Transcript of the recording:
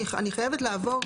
אני חייבת לעבור,